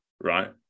right